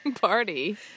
party